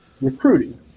recruiting